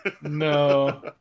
No